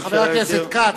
חבר הכנסת כץ,